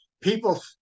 people